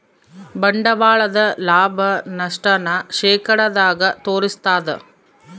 ಬಂಡವಾಳದ ಲಾಭ, ನಷ್ಟ ನ ಶೇಕಡದಾಗ ತೋರಿಸ್ತಾದ